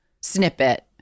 snippet